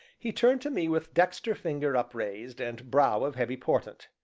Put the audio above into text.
he turned to me with dexter finger upraised and brow of heavy portent.